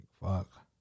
fuck